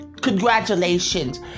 congratulations